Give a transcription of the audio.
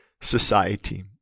society